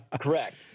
correct